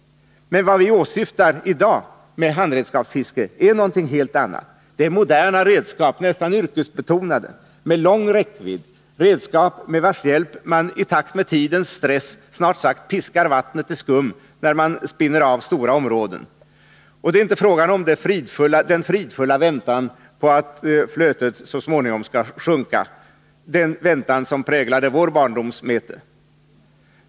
Vad vi i dag åsyftar med handredskapsfiske är någonting helt annat. Det är moderna redskap, nästan yrkesbetonade, med lång räckvidd. Det är redskap med vilkas hjälp man i takt med tidens stress snart sagt piskar vattnet till skum, när man spinner av stora områden. Det är inte fråga om den fridfulla väntan på att flötet så småningom skall sjunka, den väntan som präglade vår barndoms mete.